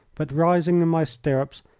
but, rising in my stirrups,